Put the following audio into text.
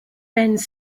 benz